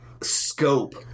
scope